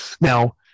Now